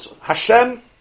Hashem